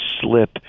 slip